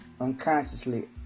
unconsciously